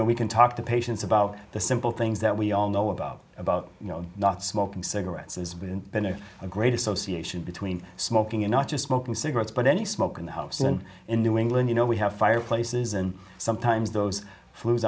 know we can talk to patients about the simple things that we all know about about you know not smoking cigarettes as we've been to a great association between smoking and not just smoking cigarettes but any smoke in the house and in new england you know we have fireplaces and sometimes those flu